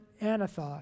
Anathoth